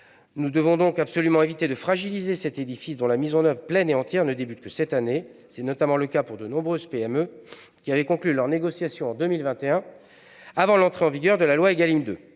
Nous devons donc absolument éviter de fragiliser cet édifice Égalim, dont la mise en oeuvre pleine et entière ne débute que cette année. C'est notamment le cas pour de nombreuses PME qui avaient conclu leurs négociations en 2021, avant l'entrée en vigueur de la loi Égalim 2.